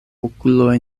okuloj